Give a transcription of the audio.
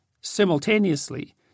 simultaneously